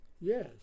Yes